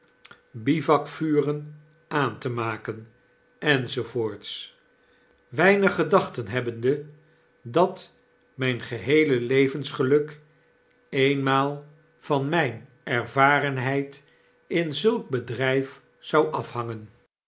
bivouakvuren aan te maken enz weinig gedachte bebbende dat myn geheele levensgeluk eenmaal van mijne ervamopes de kluizenaab renheid in zulk bedrijf zou afhangen